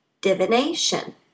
divination